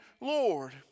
Lord